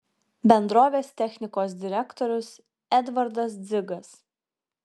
bendrovės technikos direktorius edvardas dzigas